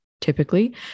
typically